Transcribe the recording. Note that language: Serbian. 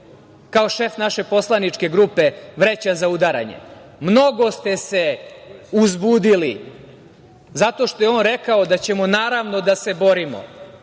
kao šef naše poslaničke grupe, vreća za udaranje. Mnogo ste se uzbudili, zato što je on reko da ćemo naravno, da se borimo